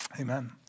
Amen